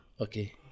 Okay